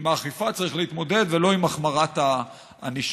עם האכיפה צריך להתמודד ולא עם החמרת הענישה.